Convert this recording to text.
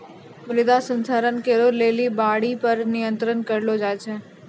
मृदा संरक्षण करै लेली बाढ़ि पर नियंत्रण करलो जाय छै